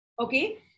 Okay